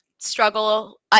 struggle